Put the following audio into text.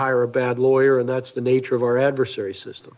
hire a bad lawyer and that's the nature of our adversary system